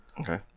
Okay